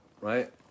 right